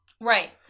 Right